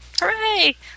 Hooray